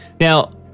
Now